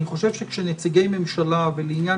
אני חושב שכשנציגי ממשלה מדברים ולעניין